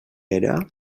era